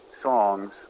songs